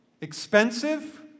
Expensive